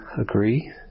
agree